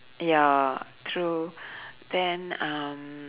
ya true then um